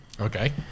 Okay